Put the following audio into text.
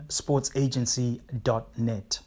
sportsagency.net